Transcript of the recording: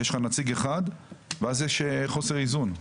יש לך נציג אחד ואז יש חוסר איזון.